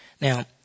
Now